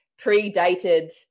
predated